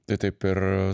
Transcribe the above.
tai taip ir